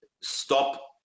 Stop